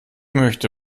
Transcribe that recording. möchte